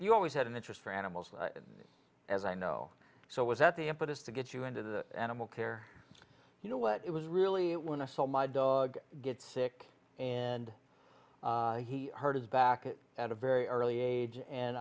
you always had an interest for animals as i know so was that the impetus to get you into the animal care you know what it was really when i saw my dog get sick and he hurt his back at a very early age and